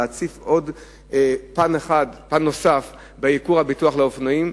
להציף פן נוסף בייקור הביטוח לאופנועים.